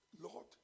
Lord